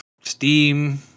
steam